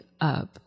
up